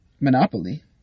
Monopoly